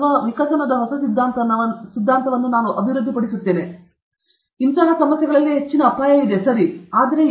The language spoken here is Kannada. ಅಥವಾ ವಿಕಸನದ ಹೊಸ ಸಿದ್ಧಾಂತವನ್ನು ನಾನು ಅಭಿವೃದ್ಧಿಪಡಿಸುತ್ತೇನೆ ಹೆಚ್ಚಿನ ಅಪಾಯ ಸಮಸ್ಯೆ ಸರಿ